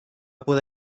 poder